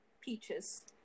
peaches